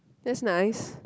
that's nice